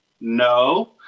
No